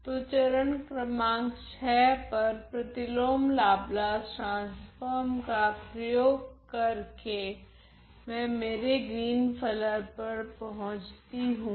तो चरण क्रमांक VI पर प्रतिलोम लाप्लास ट्रांसफोर्म का प्रयोग कर के मैं मेरे ग्रीन फलन पर पहुँचती हूँ